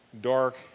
dark